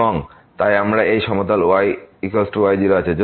সুতরাং এখানে আমাদের এই সমতল y y0 আছে